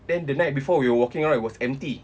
then the night before we were walking right was empty